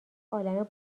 عالمه